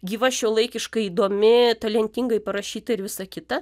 gyva šiuolaikiška įdomi talentingai parašyta ir visa kita